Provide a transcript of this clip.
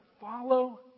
follow